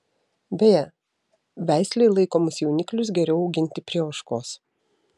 beje veislei laikomus jauniklius geriau auginti prie ožkos